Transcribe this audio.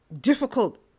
difficult